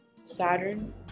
Saturn